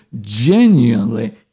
genuinely